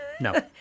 No